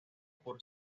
por